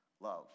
love